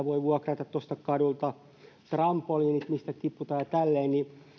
voi vuokrata tuosta kadulta trampoliinit mistä tiputaan ja tälleen